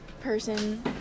person